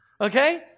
Okay